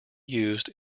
used